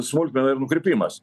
smulkmena ir nukrypimas